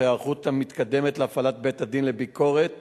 ההיערכות המתקדמת להפעלת בית-הדין לביקורת